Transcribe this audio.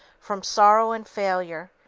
from sorrow and failure,